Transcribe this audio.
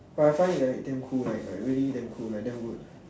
but I find it like he damn cool like like really damn cool like damn good